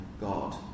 God